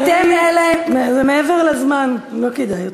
זה מעבר לזמן, לא כדאי.